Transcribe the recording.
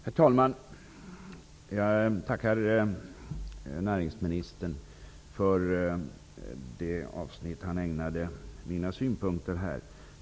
Herr talman! Jag tackar näringsministern för det avsnitt han här ägnade mina synpunkter.